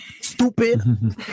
Stupid